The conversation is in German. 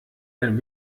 ein